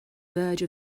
verge